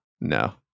No